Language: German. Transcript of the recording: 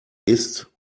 ist